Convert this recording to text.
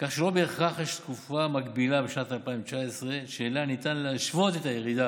כך שלא בהכרח יש תקופה מקבילה בשנת 2019 שאליה ניתן להשוות את הירידה